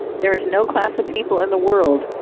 there is no class of people in the world,